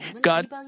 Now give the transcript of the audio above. God